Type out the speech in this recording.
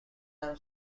i’m